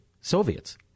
Soviets